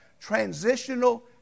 transitional